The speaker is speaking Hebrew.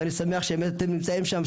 ואני שמח שבאמת אתם נמצאים שם,